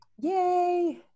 Yay